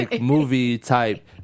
movie-type